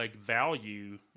value